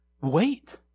wait